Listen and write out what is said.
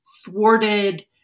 thwarted